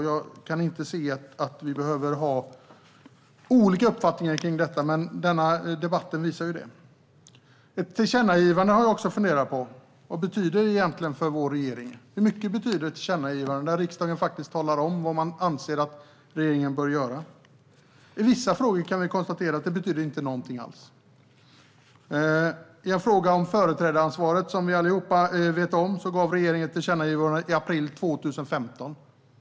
Jag kan inte se att vi behöver ha olika uppfattningar kring detta, men denna debatt visar ju det. Jag har också funderat på vad ett tillkännagivande egentligen betyder för vår regering. Hur mycket betyder ett tillkännagivande där riksdagen talar om vad man anser att regeringen bör göra? I vissa frågor kan vi konstatera att det inte betyder någonting alls. I en fråga om företrädaransvaret fick regeringen ett tillkännagivande i april 2015, som vi allihop vet om.